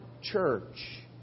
church